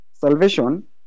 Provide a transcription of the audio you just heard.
salvation